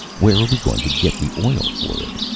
where are we going to get the oil for it?